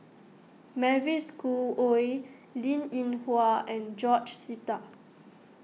Mavis Khoo Oei Linn in Hua and George Sita